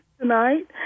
tonight